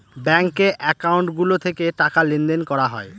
ব্যাঙ্কে একাউন্ট গুলো থেকে টাকা লেনদেন করা হয়